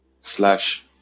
slash